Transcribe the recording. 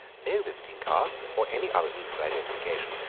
no visiting cards or any other means of identification,